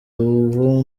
uwo